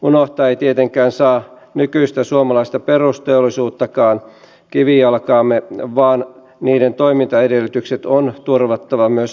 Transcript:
unohtaa ei tietenkään saa nykyistä suomalaista perusteollisuuttakaan kivijalkaamme vaan niiden toimintaedellytykset on turvattava myös tulevaisuudessa